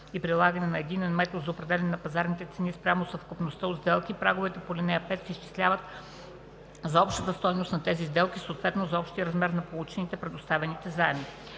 и прилагане на един метод за определяне на пазарните цени спрямо съвкупността от сделки, праговете по ал. 5 се изчисляват за общата стойност на тези сделки, съответно за общия размер на получените/предоставените заеми.